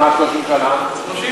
מה 30 שנה?